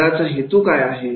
खेळाचा हेतू काय आहे